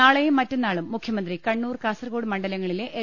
നാളെയും മറ്റന്നാളും മുഖ്യമന്ത്രി കണ്ണൂർ കാസർകോട് മണ്ഡലങ്ങളിലെ എൽ